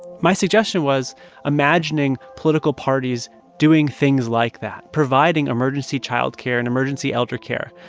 my suggestion was imagining political parties doing things like that, providing emergency child care and emergency elder care,